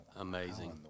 amazing